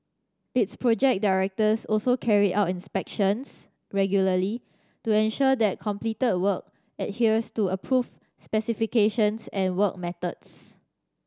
its project directors also carry out inspections regularly to ensure that completed work adheres to approved specifications and work methods